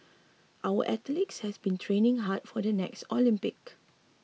our athletes have been training hard for the next Olympics